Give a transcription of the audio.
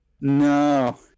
No